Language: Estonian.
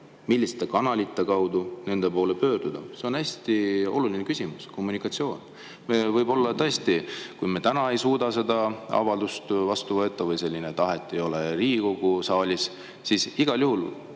milliste kanalite kaudu nende poole pöörduda? See on hästi oluline küsimus – kommunikatsioon. Võib-olla tõesti, kui me täna ei suuda seda avaldust vastu võtta või sellist tahet Riigikogu saalis ei ole, siis igal juhul